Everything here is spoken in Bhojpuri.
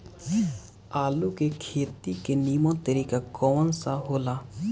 आलू के खेती के नीमन तरीका कवन सा हो ला?